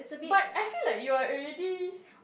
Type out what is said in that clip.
but I feel like you are already